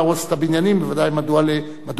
בוודאי, מדוע לפנות אותם?